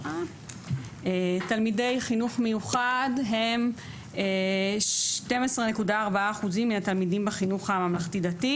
תלמידי חינוך מיוחד הם 12.4% מהתלמידים בחינוך הממלכתי-דתי